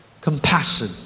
Compassion